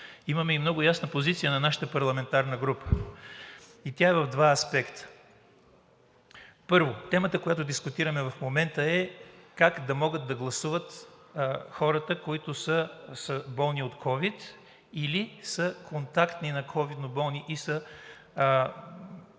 Имаме и много ясна позиция на нашата парламентарна група, и тя е в два аспекта. Първо, темата, която дискутираме в момента, е: как да могат да гласуват хората, които са болни от ковид или са контактни на ковидноболни и са